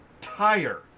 Tire